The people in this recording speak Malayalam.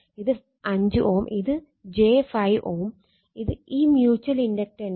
ഇത് 5 Ω ഇത് j 5 Ω ഈ മ്യൂച്ചൽ ഇൻഡക്റ്റൻസ്